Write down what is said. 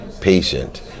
patient